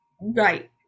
right